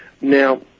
now